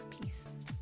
Peace